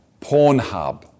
Pornhub